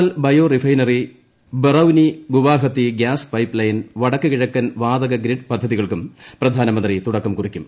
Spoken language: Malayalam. L bio refinery Barauni Guwahati gas pipeline വടക്കു കിഴക്കൻ വാതകഗ്രിഡ് പദ്ധതികൾക്കും പ്രധാനമന്ത്രി തുടക്കം കുറിക്കും